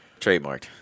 Trademarked